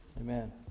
Amen